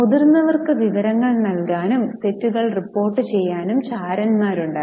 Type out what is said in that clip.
മുതിർന്നവർക്ക് വിവരങ്ങൾ നൽകാനും തെറ്റുകൾ റിപ്പോർട്ട് ചെയ്യാനും ചാരന്മാരുണ്ടായിരുന്നു